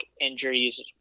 injuries